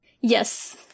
Yes